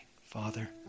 Father